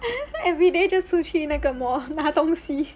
everyday just 出去的那个 mall 拿东西